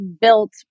built